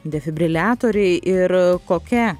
defibriliatoriai ir kokia